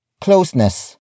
closeness